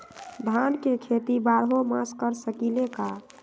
धान के खेती बारहों मास कर सकीले का?